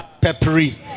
peppery